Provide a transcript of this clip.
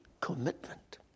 commitment